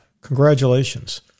congratulations